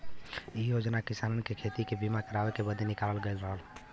इ योजना किसानन के खेती के बीमा करावे बदे निकालल गयल रहल